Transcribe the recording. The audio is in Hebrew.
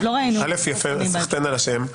יפה, סחתיין על השם,